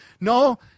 No